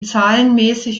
zahlenmäßig